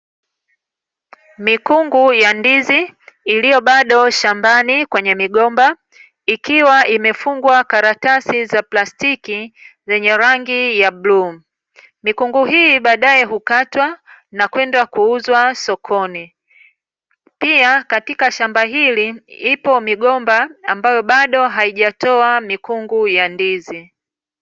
Mikungu ya ndizi iliyo bado shambani kwenye migomba, ikiwa imefungwa karatasi za plastiki zenye rangi ya bluu. Mikungu hii baadae hukatwa, na kwenda kuuzwa sokoni. Pia katika shamba hili, ipo migomba ambayo bado haijatoa mikungu ya ndizi.